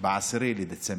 ב-10 בדצמבר.